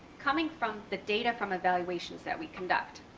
coming from the data from evaluations that we conduct.